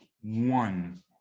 one